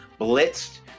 blitzed